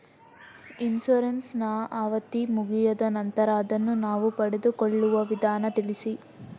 Insurance ನ ಅವಧಿ ಮುಗಿದ ನಂತರ ಅದನ್ನು ನಾವು ಪಡೆದುಕೊಳ್ಳುವ ವಿಧಾನ ತಿಳಿಸಿ?